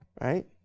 right